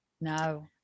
no